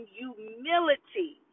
humility